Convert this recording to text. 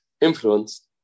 influenced